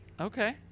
Okay